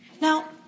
Now